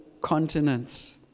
continents